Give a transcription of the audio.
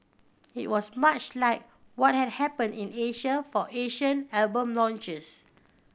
it was much like what had happened in Asia for Asian album launches